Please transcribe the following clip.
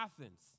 Athens